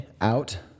out